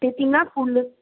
ਅਤੇ ਤਿੰਨਾਂ ਸਕੂਲ